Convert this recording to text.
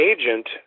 agent